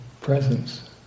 presence